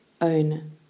own